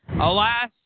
Alas